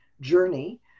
journey